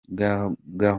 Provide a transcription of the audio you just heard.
gahunda